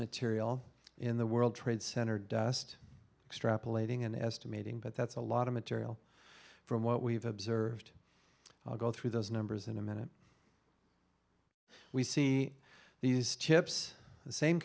material in the world trade center dust extrapolating and estimating but that's a lot of material from what we've observed i'll go through those numbers in a minute we see these chips